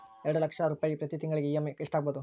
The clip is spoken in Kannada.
ಎರಡು ಲಕ್ಷ ರೂಪಾಯಿಗೆ ಪ್ರತಿ ತಿಂಗಳಿಗೆ ಇ.ಎಮ್.ಐ ಎಷ್ಟಾಗಬಹುದು?